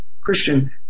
Christian